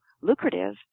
lucrative